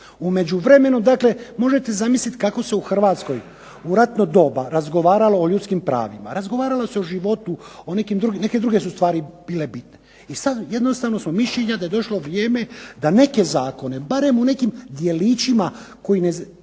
U međuvremenu dakle možete zamisliti kako se u Hrvatskoj u ratno doba razgovaralo o ljudskim pravima. Razgovaralo se o životu, o nekim drugim, neke druge su stvari bile bitne. I sad jednostavno smo mišljenja da je došlo vrijeme da neke zakone barem u nekim djelićima koji ne